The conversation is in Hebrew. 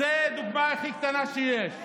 זו דוגמה הכי קטנה שיש.